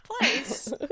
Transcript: place